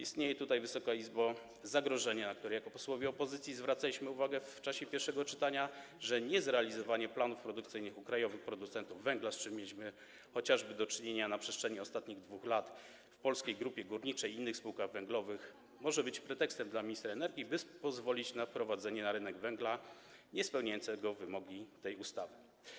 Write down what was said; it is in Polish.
Istnieje tutaj, Wysoka Izbo, zagrożenie, na które jako posłowie opozycji zwracaliśmy uwagę w czasie pierwszego czytania, że niezrealizowanie planów produkcyjnych u krajowych producentów węgla, z czym mieliśmy do czynienia chociażby na przestrzeni ostatnich 2 lat w Polskiej Grupie Górniczej i innych spółkach węglowych, może być pretekstem dla ministra energii, by pozwolić na wprowadzenie na rynek węgla niespełniającego wymogów tej ustawy.